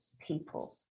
people